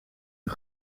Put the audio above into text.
een